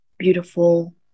beautiful